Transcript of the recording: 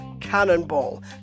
cannonball